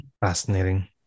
Fascinating